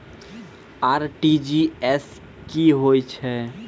RTGS की होय छै?